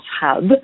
hub